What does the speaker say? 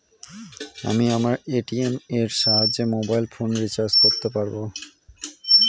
আমি আমার এ.টি.এম এর সাহায্যে মোবাইল ফোন রিচার্জ করতে পারব?